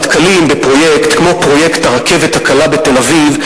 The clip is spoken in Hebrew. נתקלים בפרויקט כמו פרויקט הרכבת הקלה בתל-אביב,